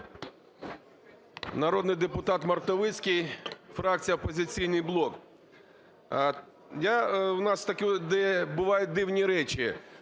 Народний депутат Мартовицький, фракція "Опозиційний блок". У нас такі бувають дивні речі.